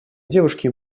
девушки